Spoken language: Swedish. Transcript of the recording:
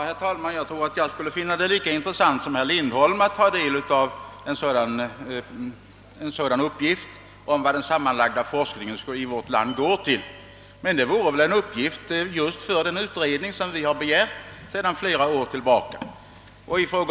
Herr talman! Jag skulle troligen finna det lika intressant som herr Lindholm att ta del av en sådan uppgift om hur stor den sammanlagda kostnaden för forskningen i vårt land är. Och det vore väl just en uppgift för den utredning som vi sedan flera år tillbaka har begärt.